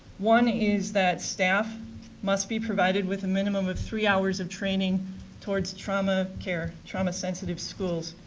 one is that staff must be provided with a minimum of three hours of training towards trauma care, trauma sensitive schools.